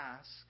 ask